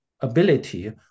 ability